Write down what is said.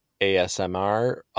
ASMR